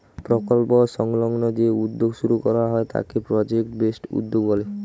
প্রকল্প সংলগ্ন যে উদ্যোগ শুরু করা হয় তাকে প্রজেক্ট বেসড উদ্যোগ বলে